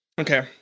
Okay